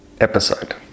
episode